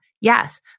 Yes